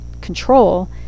control